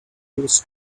was